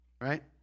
Right